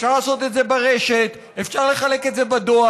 אפשר לעשות את זה ברשת, אפשר לחלק את זה בדואר.